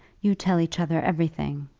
you tell each other everything.